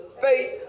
faith